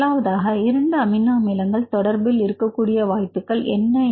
முதலாவதாக இரண்டு அமினோ அமிலங்கள் தொடர்பில் இருக்க கூடிய வாய்ப்புகள் என்ன